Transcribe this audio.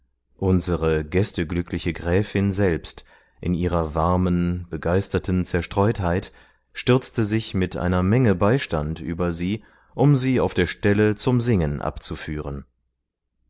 unsere gästeglückliche gräfin selbst in ihrer warmen begeisterten zerstreutheit stürzte sich mit einer menge beistand über sie um sie auf der stelle zum singen abzuführen